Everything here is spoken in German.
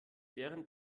während